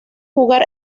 jugar